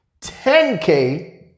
10K